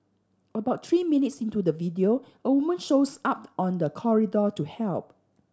about three minutes into the video a woman shows up on the corridor to help